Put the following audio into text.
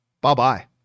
bye-bye